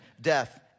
death